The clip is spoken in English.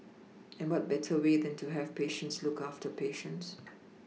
and what better way than to have patients look after patients